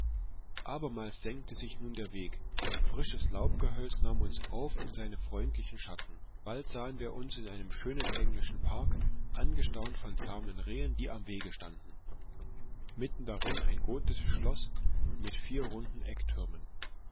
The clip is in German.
abermals senkte sich nun der weg frisches laubgehölz nahm uns auf in seine freundlichen schatten bald sahen wir uns in einem schönen englischen park angestaunt von zahmen rehen die am wege standen mitten drinnen ein gotisches schloß mit vier runden